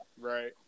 Right